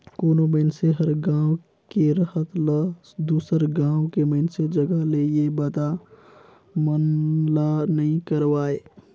कोनो मइनसे हर गांव के रहत ल दुसर गांव के मइनसे जघा ले ये बता मन ला नइ करवाय